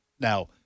Now